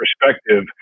perspective